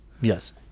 yes